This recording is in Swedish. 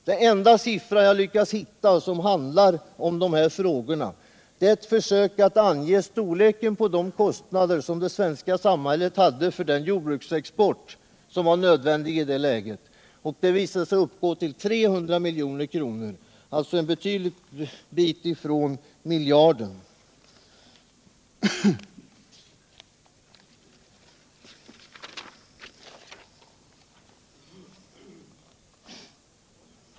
Den enda siffra jag lyckats hitta grundar sig på ett försök att ange storleken på de kostnader som det svenska samhället hade för den jordbruksexport som var nödvändig i dåvarande läge. Denna angavs då uppgå till 300 milj.kr., alltså ett långt stycke från miljarden.